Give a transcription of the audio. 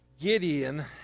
Gideon